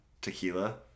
tequila